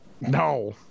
No